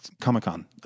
Comic-Con